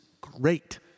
great